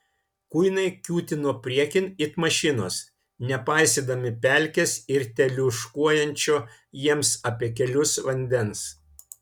kuinai kiūtino priekin it mašinos nepaisydami pelkės ir teliūškuojančio jiems apie kelius vandens